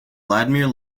vladimir